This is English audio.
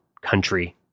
country